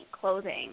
clothing